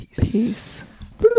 peace